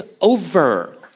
over